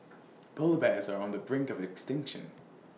Polar Bears are on the brink of extinction